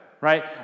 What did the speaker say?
right